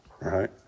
right